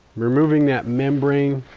removing that membrane